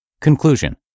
Conclusion